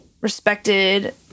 respected